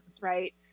right